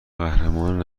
قهرمان